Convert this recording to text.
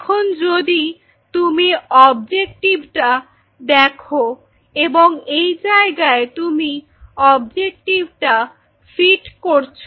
এখন যদি তুমি অবজেক্টিভটা দেখো এবং এই জায়গায় তুমি অবজেকটিভটা ফিট করছ